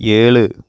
ஏழு